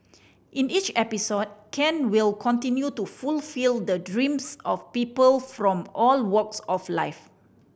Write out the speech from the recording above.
in each episode Ken will continue to fulfil the dreams of people from all walks of life